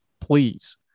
please